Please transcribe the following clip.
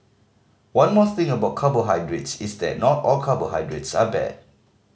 one more thing about carbohydrates is that not all carbohydrates are bad